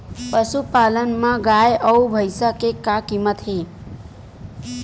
पशुपालन मा गाय अउ भंइसा के का कीमत हे?